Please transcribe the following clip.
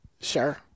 Sure